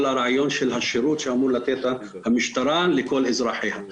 הרעיון של השירות שאמורה לתת המשטרה לכל אזרחיה.